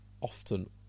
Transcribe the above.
often